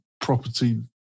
property